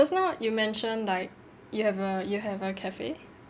just now you mention like you have a you have a cafe